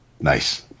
nice